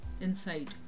inside